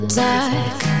dark